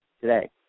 today